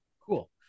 Cool